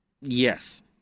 Yes